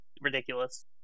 ridiculous